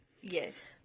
yes